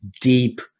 deep